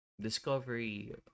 Discovery